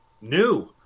new